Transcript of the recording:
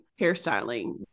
hairstyling